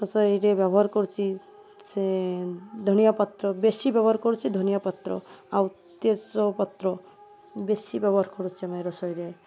ରୋଷେଇରେ ବ୍ୟବହାର କରୁଛି ସେ ଧନିଆ ପତ୍ର ବେଶୀ ବ୍ୟବହାର କରୁଛି ଧନିଆ ପତ୍ର ଆଉ ତେଜ ପତ୍ର ବେଶି ବ୍ୟବହାର କରୁଛି ଆମେ ରୋଷେଇରେ